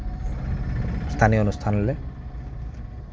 স্থানীয় অনুষ্ঠানলৈ